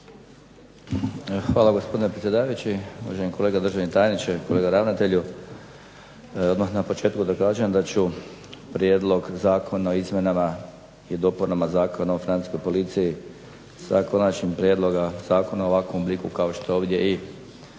Hvala, gospodine predsjedavajući. Uvaženi kolega državni tajniče, kolega ravnatelju. Odmah na početku da kažem da ću Prijedlog zakona o izmjenama i dopunama Zakona o Financijskoj policiji sa konačnim prijedlogom zakona u ovakvom obliku kao što je ovdje i